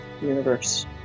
universe